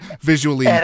visually